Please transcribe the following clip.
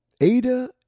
Ada